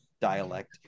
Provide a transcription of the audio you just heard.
dialect